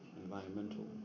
environmental